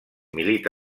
milita